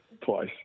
Twice